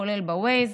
כולל ב-Waze,